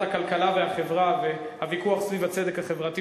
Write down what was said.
הכלכלה והחברה והוויכוח סביב הצדק החברתי,